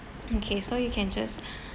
okay so you can just